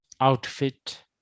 outfit